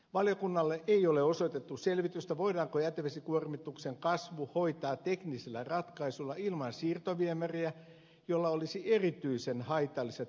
valiokunnalle ei ole osoitettu selvitystä voidaanko jätevesikuormituksen kasvu hoitaa teknisellä ratkaisulla ilman siirtoviemäriä jolla olisi erityisen haitalliset vaikutukset ympäristöön